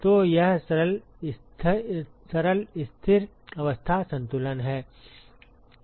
तो यह सरल स्थिर अवस्था संतुलन है